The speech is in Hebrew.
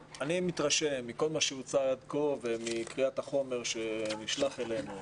מתרשם מכל מה שהוצג עד כה ומקריאת החומר שנשלח אלינו,